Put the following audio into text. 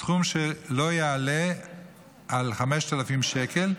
בסכום שלא יעלה על 5,000 שקל,